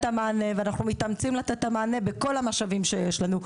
את המענה ואנחנו מתאמצים לתת את המענה בכל המשאבים שיש לנו,